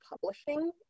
publishing